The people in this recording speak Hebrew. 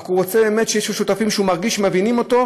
אלא שהוא רוצה שיהיו לו שותפים שהוא מרגיש שהם מבינים אותו,